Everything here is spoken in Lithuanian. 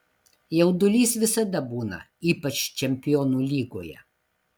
jaudulys visada būna ypač čempionų lygoje